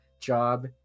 job